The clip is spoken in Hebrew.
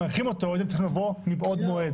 מבקשים הארכת שעה הייתם צריכים לעשות זאת מבעוד מועד.